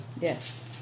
Yes